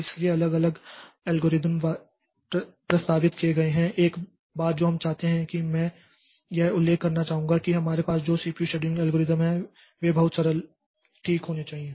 इसलिए अलग अलग एल्गोरिदम प्रस्तावित किए गए हैं एक बात जो हम चाहते हैं कि मैं यह उल्लेख करना चाहूँगा कि हमारे पास जो सीपीयू शेड्यूलिंग एल्गोरिदम हैं वे बहुत सरल ठीक होने चाहिए